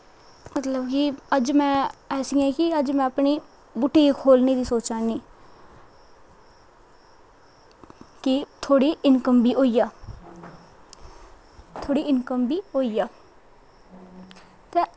मतलब कि अज्ज में ऐसी ऐं कि अज्ज में अपनी बूटीक खोलने दी सोचा करनी कि थोह्ड़ी इंकम बी होई जा ते थोह्ड़ी इंकम बी होई जा ते